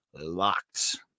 locked